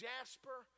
Jasper